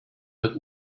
hat